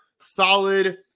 solid